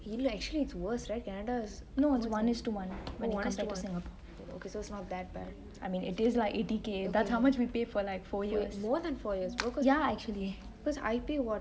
you know actually its worst right canada one is to one so it's not that bad wait more than four years because I pay what